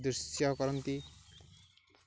ଦୃଶ୍ୟ କରନ୍ତି